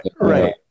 right